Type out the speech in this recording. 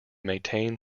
maintain